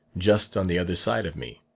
just on the other side of me.